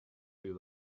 too